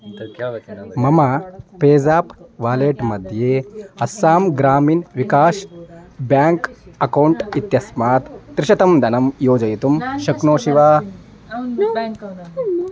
मम पेज़ाप् वालेट् मध्ये अस्सां ग्रामिन् विकाश् बेङ्क् अकौण्ट् इत्यस्मात् त्रिशतं दनं योजयितुं शक्नोषि वा